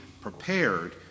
prepared